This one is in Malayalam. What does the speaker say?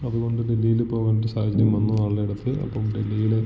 അതുകൊണ്ട് ഡെല്ലിയിൽ പോകേണ്ട സാഹചര്യം വന്നു ആളുടെയടുത്ത് അപ്പം ഡെല്ലിയിൽ